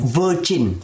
virgin